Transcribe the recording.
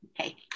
Okay